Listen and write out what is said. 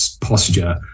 posture